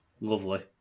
Lovely